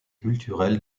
culturel